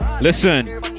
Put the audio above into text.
Listen